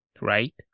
right